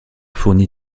fourni